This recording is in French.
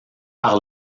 par